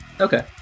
Okay